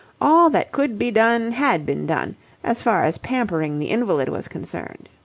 all that could be done had been done as far as pampering the invalid was concerned.